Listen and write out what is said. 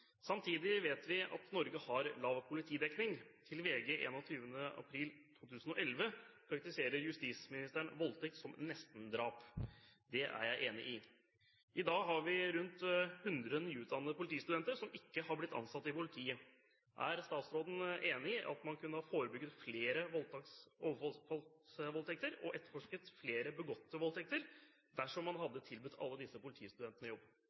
I dag har vi rundt 100 nyutdannende politistudenter som ikke har blitt ansatt i politiet. Er statsråden enig i at man kunne ha forebygget flere overfallsvoldtekter og etterforsket flere begåtte voldtekter, dersom man hadde tilbudt alle politistudentene jobb?»